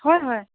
হয় হয়